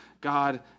God